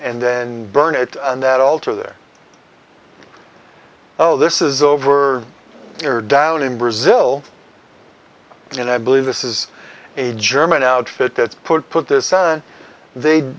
and then burn it and that alter their oh this is over or down in brazil and i believe this is a german outfit that put put this out and they